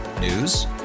News